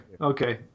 Okay